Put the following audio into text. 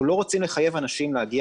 אנחנו לא רוצים לחייב אנשים להגיע